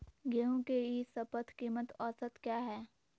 गेंहू के ई शपथ कीमत औसत क्या है?